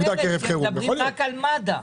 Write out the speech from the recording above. אבל היא אומרת שמדברים רק על מד"א.